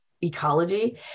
ecology